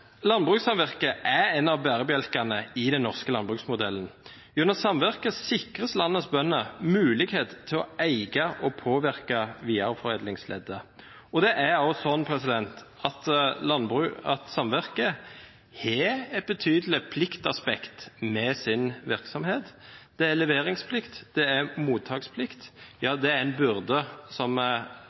er en av bærebjelkene i den norske landbruksmodellen. Gjennom samvirket sikres landets bønder mulighet til å eie og påvirke videreforedlingsleddet. Det er også slik at det er et betydelig pliktaspekt forbundet med samvirkets virksomhet. Det er leveringsplikt, det er mottaksplikt, ja, det er en byrde som